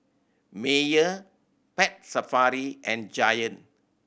Mayer Pet Safari and Giant